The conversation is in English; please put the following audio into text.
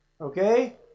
Okay